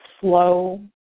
slow